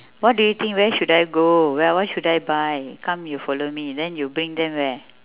what do you think where should I go where what should I buy come you follow me then you bring them where